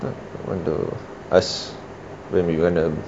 ask when we wanna